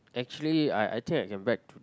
actually I I think I can beg to